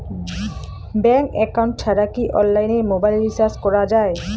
Bank account ছাড়া কি অনলাইনে মোবাইল রিচার্জ করা যায়?